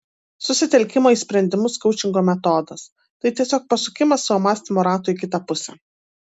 susitelkimo į sprendimus koučingo metodas tai tiesiog pasukimas savo mąstymo rato į kitą pusę